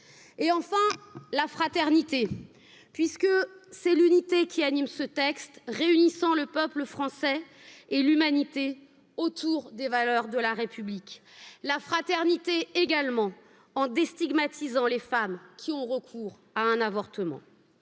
et enfin, la fraternité, puisque c'est l'unité qui anime ce texte réunissant le peuple français et l'humanité autour des valeurs de la République. La fraternité également en déstigmatiser les femmes qui ont recours à un avortement.